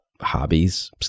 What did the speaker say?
hobbies